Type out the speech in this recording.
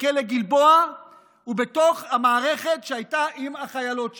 בכלא גלבוע ובתוך המערכת שהייתה עם החיילות שם.